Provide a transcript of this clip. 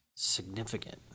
significant